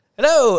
Hello